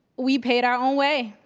we paid our own way.